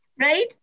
Right